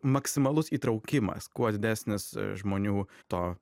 maksimalus įtraukimas kuo didesnis žmonių to